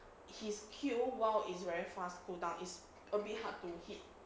his kill while it's very fast go down is a bit hard to hit